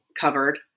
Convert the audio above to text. covered